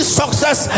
success